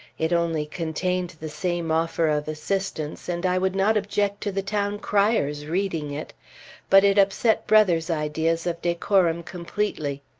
it only contained the same offer of assistance and i would not object to the town crier's reading it but it upset brother's ideas of decorum completely.